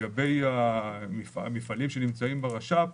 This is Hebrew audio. לגבי המפעלים ששוכנים ברש"פ,